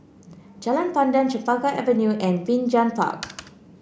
Jalan Pandan Chempaka Avenue and Binjai Park